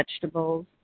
vegetables